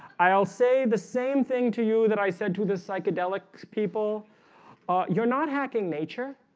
i'll say the same thing to you that i said to the psychedelic people ah you're not hacking nature.